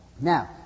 Now